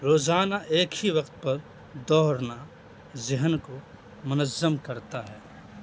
روزانہ ایک ہی وقت پر دوڑنا ذہن کو منظم کرتا ہے